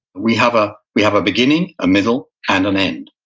we have ah we have a beginning, a middle and an end.